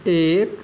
एक